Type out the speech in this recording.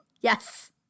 Yes